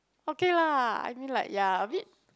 okay lah I mean like ya a bit